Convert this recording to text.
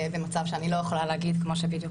באיזה מצב שאני לא יכולה להגיד כמו שבדיוק